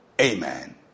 amen